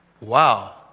wow